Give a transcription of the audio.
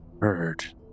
heard